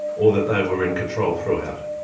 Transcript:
or that they were in control throughout.